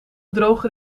droger